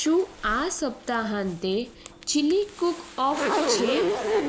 શું આ સપ્તાહ અંતે ચિલી કૂક ઑફ છે